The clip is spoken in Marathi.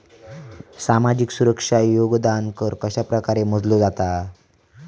सामाजिक सुरक्षा योगदान कर कशाप्रकारे मोजलो जाता